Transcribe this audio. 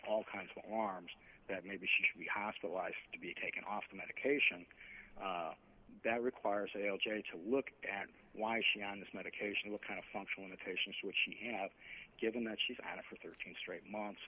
all kinds of arms that maybe she should be hospitalized to be taken off the medication that requires a o j to look at why she on this medication what kind of functional imitation switchy have given that she's had a for thirteen straight months